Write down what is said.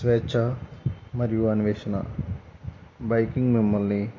స్వేచ్ఛ మరియు అన్వేషణ బైకింగ్ మిమ్మల్ని